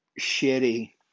shitty